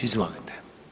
Izvolite.